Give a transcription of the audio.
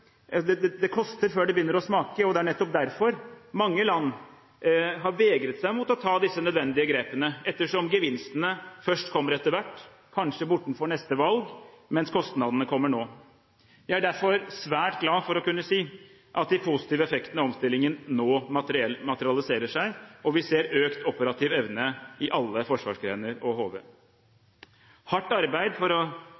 mange land har vegret seg mot å ta disse nødvendige grepene, ettersom gevinstene først kommer etter hvert, kanskje bortenfor neste valg, mens kostnadene kommer nå. Jeg er derfor svært glad for å kunne si at de positive effektene av omstillingen nå materialiserer seg. Vi ser økt operativ evne i alle forsvarsgrener og HV.